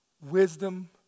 Wisdom